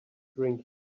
drink